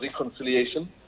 reconciliation